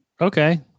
Okay